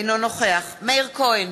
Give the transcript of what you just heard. אינו נוכח מאיר כהן,